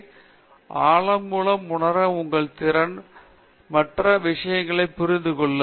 எனவே ஆழம் மூலம் உணர உங்கள் திறனை மற்ற விஷயங்களை புரிந்து கொள்ளும்